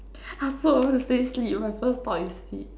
I also I want to say sleep [one] first thought is sleep